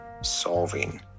solving